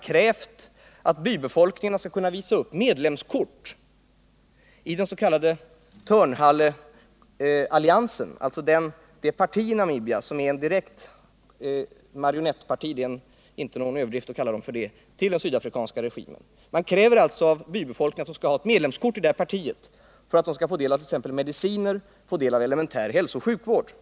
krävt att bybefolkningarna skall kunna visa upp medlemskort i den s.k. Turnhallealliansen, dvs. det parti i Namibia som är en direkt marionett till den sydafrikanska regimen — det är ingen överdrift att kalla det så — för att de skall få del av t.ex. medicin och elementär hälsooch sjukvård.